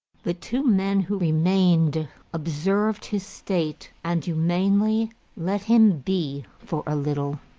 the two men who remained observed his state, and humanely let him be for a little,